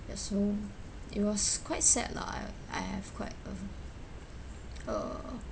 ya so it was quite sad lah I I have quite a a